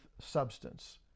substance